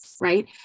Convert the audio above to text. right